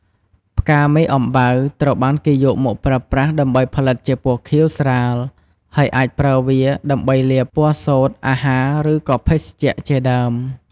ផ្កាមេអំបៅ ត្រូវបានគេយកមកប្រើប្រាស់ដើម្បីផលិតជាពណ៌ខៀវស្រាល ហើយអាចប្រើវាដើម្បីលាបពណ៌សូត្រ អាហារ ឬក៏ភេសជ្ជៈ ជាដើម។